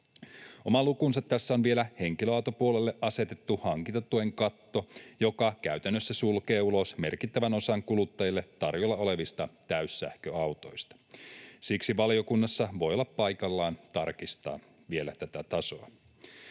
Oma lukunsa tässä on vielä henkilöautopuolelle asetettu hankintatuen katto, joka käytännössä sulkee ulos merkittävän osan kuluttajille tarjolla olevista täyssähköautoista. Siksi valiokunnassa voi olla paikallaan tarkistaa vielä tätä tasoa.